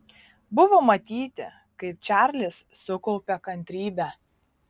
buvo matyti kaip čarlis sukaupia kantrybę